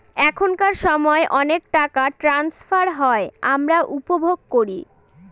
এখনকার সময় অনেক টাকা ট্রান্সফার হয় আমরা উপভোগ করি